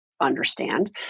understand